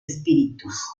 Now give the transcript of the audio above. espíritus